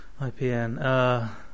IPN